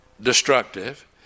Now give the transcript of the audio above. destructive